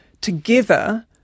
together